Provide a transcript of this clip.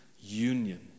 union